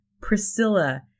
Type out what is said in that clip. Priscilla